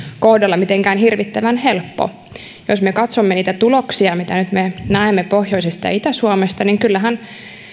kohdalla mitenkään hirvittävän helppo jos me katsomme niitä tuloksia mitä me nyt näemme pohjoisesta ja itä suomesta niin kyllähän